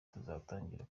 tuzatangira